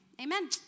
Amen